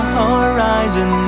horizon